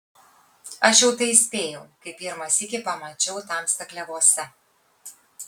aš jau tai įspėjau kai pirmą sykį pamačiau tamstą klevuose